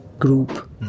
Group